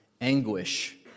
anguish